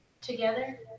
Together